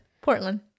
Portland